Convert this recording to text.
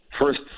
first